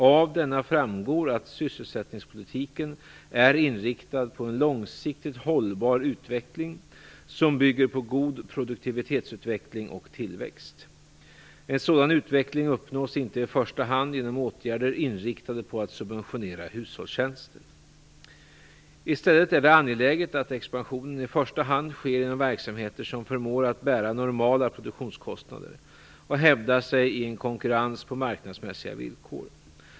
Av denna framgår att sysselsättningspolitiken är inriktad på en långsiktigt hållbar utveckling som bygger på god produktivitetsutveckling och tillväxt. En sådan utveckling uppnås inte i första hand genom åtgärder inriktade på att subventionera hushållstjänster. I stället är det angeläget att expansionen i första hand sker inom verksamheter som förmår att bära normala produktionskostnader och hävda sig i en konkurrens på marknadsmässiga villkor.